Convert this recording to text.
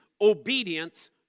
obedience